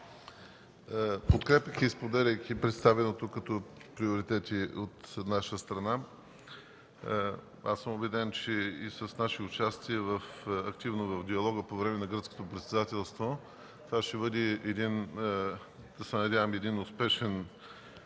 Подкрепяйки и споделяйки представеното като приоритети от наша страна, аз съм убеден, че и с нашето активно участие в диалога по време на гръцкото председателство това ще бъде едно успешно